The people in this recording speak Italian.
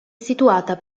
situata